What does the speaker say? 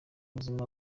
buzima